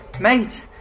mate